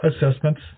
assessments